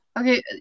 Okay